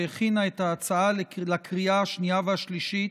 שהכינה את ההצעה לקריאה השנייה והשלישית,